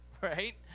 right